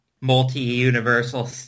multi-universal